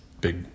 big